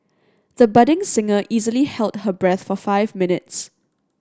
the budding singer easily held her breath for five minutes